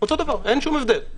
אין שום הבדל.